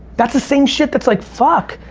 that's the same shit that's like fuck,